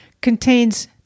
contains